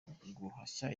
guhashya